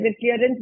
clearance